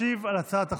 ישיב על הצעת החוק,